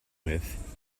with